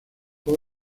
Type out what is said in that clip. fue